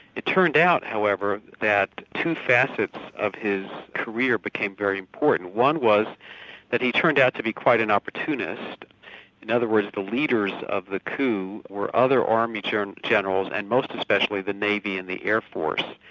it turned out however, that two facets of his career became very important. one was that he turned out to be quite an opportunist in other words, the leaders of the coup were other army generals and most especially the navy and the air force,